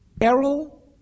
Errol